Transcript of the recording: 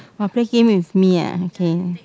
!wah! play game with me ah okay